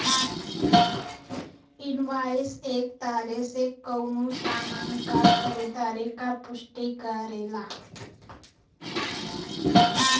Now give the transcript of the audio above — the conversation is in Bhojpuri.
इनवॉइस एक तरे से कउनो सामान क खरीदारी क पुष्टि करेला